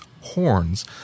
Horns